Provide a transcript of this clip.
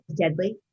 deadly